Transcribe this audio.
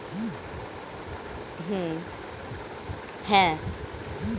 রোমের অনেক ব্যাবসায়ী যারা ধার দেয়